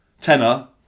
tenor